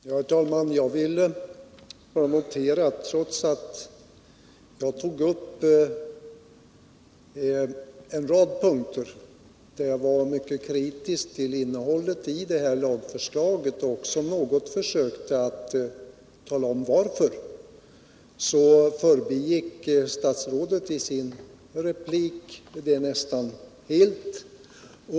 Herr talman! Jag vill bara notera att trots att jag tog upp en rad punkter där jag var mycket kritisk till innehållet i detta lagförslag och något försökte tala om varför, så förbigick statsrådet i sin replik detta nästan helt.